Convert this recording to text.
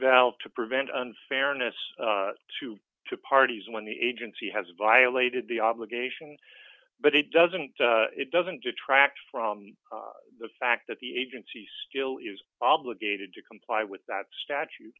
valve to prevent unfairness to two parties when the agency has violated the obligation but it doesn't it doesn't detract from the fact that the agency still is obligated to comply with that statu